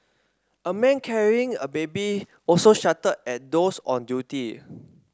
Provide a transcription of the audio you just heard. a man carrying a baby also shouted at those on duty